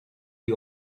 die